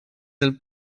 del